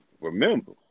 remember